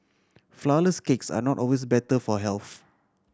flourless cakes are not always better for health